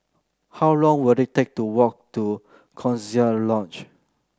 how long will it take to walk to Coziee Lodge